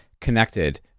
connected